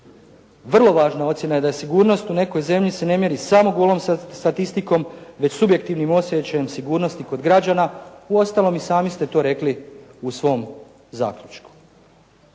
Vrlo važna ocjena je da sigurnost u nekoj zemlji se ne mjeri samo golom statistikom već subjektivnim osjećajem sigurnosti kod građana, uostalom i sami ste to rekli u svom zaključku.